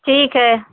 ठीक है